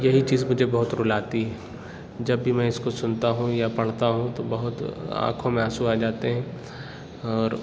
یہی چیز مجھے بہت رُلاتی ہے جب بھی میں اِس کو سُنتا ہوں یا پڑھتا ہوں تو بہت آنکھوں میں آنسو آجاتے ہیں اور